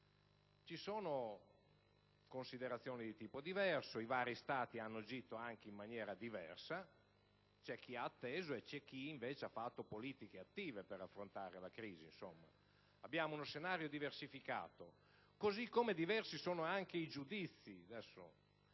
considerazioni di tipo diverso. I vari Stati hanno anche agito in maniera differente: c'è chi ha atteso e chi, invece, ha fatto politiche attive per affrontare la crisi. Abbiamo dunque uno scenario diversificato, così come diversi sono anche i giudizi.